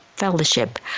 Fellowship